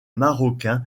marocain